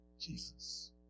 Jesus